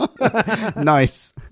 Nice